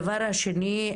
הדבר השני,